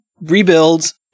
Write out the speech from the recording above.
rebuilds